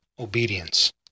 obedience